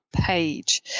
page